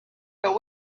but